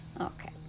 okay